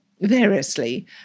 variously